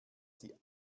die